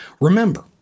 Remember